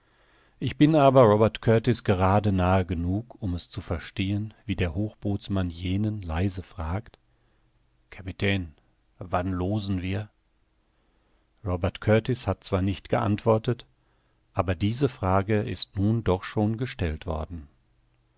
ich bin aber robert kurtis gerade nahe genug um es zu verstehen wie der hochbootsmann jenen leise fragt kapitän wann loosen wir robert kurtis hat zwar nicht geantwortet aber diese frage ist nun doch schon gestellt worden